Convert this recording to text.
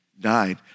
died